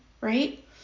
Right